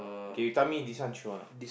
okay you tell me this one true or no